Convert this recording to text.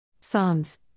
Psalms